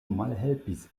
malhelpis